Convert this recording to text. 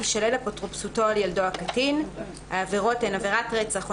תישלל אפוטרופסותו על ילדו הקטין: (1)עבירת רצח או